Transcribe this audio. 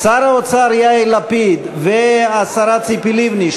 יאיר לפיד והשרה ציפי לבני,